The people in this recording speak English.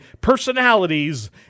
personalities